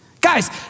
Guys